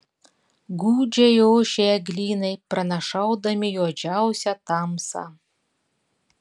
gūdžiai ošė eglynai pranašaudami juodžiausią tamsą